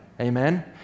Amen